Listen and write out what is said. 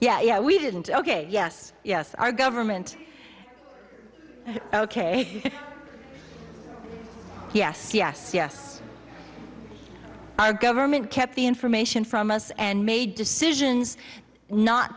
yeah yeah we didn't ok yes yes our government ok yes yes yes our government kept the information from us and made decisions not